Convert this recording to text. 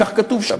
כך כתוב שם.